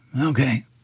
okay